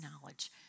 knowledge